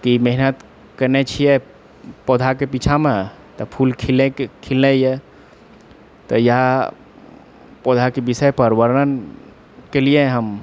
कि मेहनत केने छियै पौधाके पीछामे तऽ फूल खिलैए तऽ इएह पौधाके विषय पर वर्णण केलिऐ हम